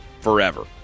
forever